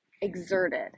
exerted